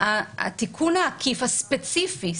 התיקון העקיף הספציפי,